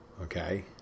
Okay